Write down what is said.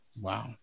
Wow